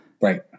Right